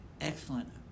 excellent